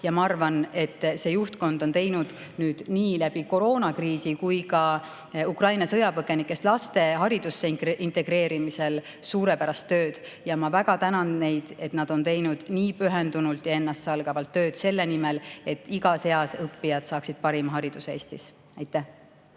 Ma arvan, et see juhtkond on teinud nüüd läbi nii koroonakriisi kui ka Ukraina sõjapõgenikest laste haridusse integreerimisel suurepärast tööd. Ma väga tänan neid, et nad on teinud nii pühendunult ja ennastsalgavalt tööd selle nimel, et igas eas õppijad saaksid parima hariduse Eestis. Aitäh!